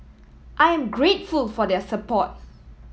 I am grateful for their support